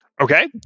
Okay